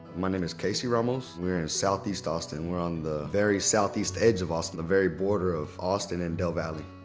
my name is casey ramos, we're in southeast austin. we're on the very southeast edge of austin, the very border of austin and dell valley.